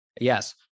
Yes